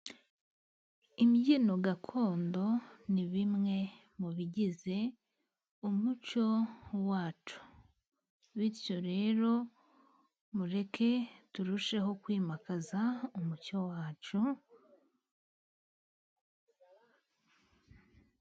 imbyino gakondo ni bimwe mu bigize umuco wacu, bityo rero mureke turusheho kwimakaza umuco wacu.